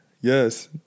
yes